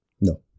No